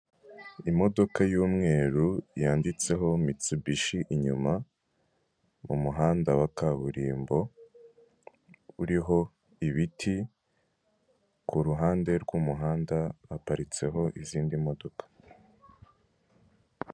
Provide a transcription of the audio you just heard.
Imodoka y'umweru yanditseho mitsubishi inyuma mu muhanda wa kaburimbo uriho ibiti, ku ruhande rw'umuhanda haparitseho izindi modoka.